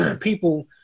people